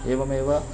एवमेव